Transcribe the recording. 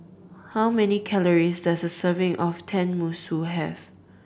how many calories does a serving of Tenmusu have